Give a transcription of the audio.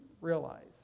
realize